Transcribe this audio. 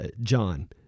John